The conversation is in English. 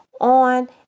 on